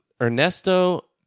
Ernesto